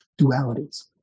dualities